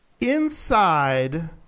inside